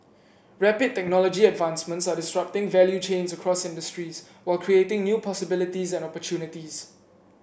rapid technology advancements are disrupting value chains across industries while creating new possibilities and opportunities